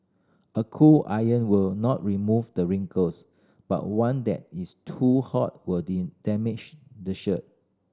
a cool iron will not remove the wrinkles but one that is too hot will damage the shirt